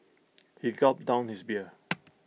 he gulped down his beer